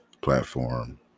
platform